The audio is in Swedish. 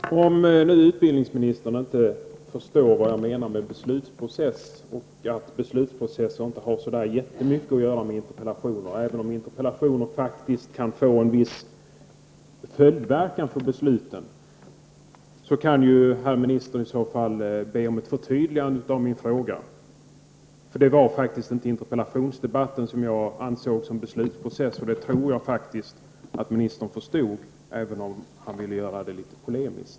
Herr talman! Om utbildningsministern inte förstår vad jag menar med beslutsprocess och att beslutsprocessen inte har så mycket att göra med interpellationer, även om interpellationen kan få en viss följdverkan på besluten, kan herr minister i så fall be om ett förtydligande av min fråga. Det var faktiskt inte interpellationsdebatten som jag avsåg med beslutsprocess. Det tror jag att ministern förstod även om han ville göra det litet polemiskt.